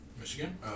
Michigan